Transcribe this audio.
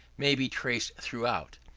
may be traced throughout.